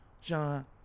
John